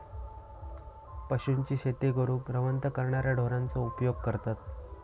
पशूंची शेती करूक रवंथ करणाऱ्या ढोरांचो उपयोग करतत